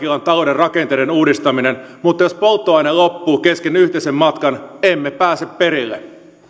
talouden rakenteiden uudistaminen mutta jos polttoaine loppuu kesken yhteisen matkan emme pääse perille